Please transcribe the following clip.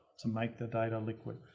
to make the data liquid.